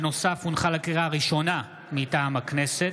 לקריאה ראשונה, מטעם הכנסת: